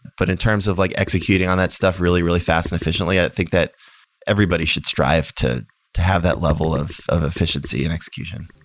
but in terms of like executing on that stuff really, really fast and efficiently, i think that everybody should strive to to have that level of of efficiency and execution.